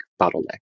bottleneck